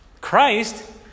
Christ